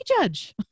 judge